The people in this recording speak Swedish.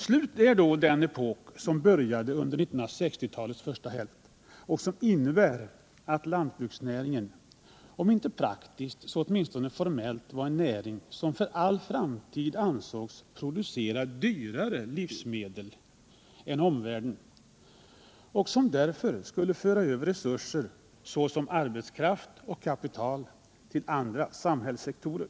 Slut är då den epok som började under 1960-talets första hälft och som bl.a. innebar att den svenska lantbruksnäringen, om inte praktiskt så åtminstone teoretiskt, ansågs för all framtid vara bestämd att producera dyrare livsmedel än omvärldens jordbruk. Därför skulle man från lantbruksnäringen föra över resurser i form av arbetskraft och kapital till andra samhällssektorer.